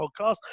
podcast